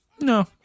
No